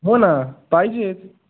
हो ना पाहिजेच